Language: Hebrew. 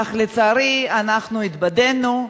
אך לצערי אנחנו התבדינו,